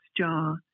jaw